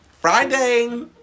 Friday